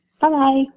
Bye-bye